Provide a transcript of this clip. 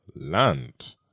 land